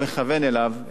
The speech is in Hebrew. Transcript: חבר הכנסת אזולאי,